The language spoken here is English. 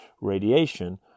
radiation